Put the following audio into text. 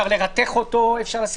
דבר שני